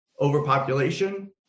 overpopulation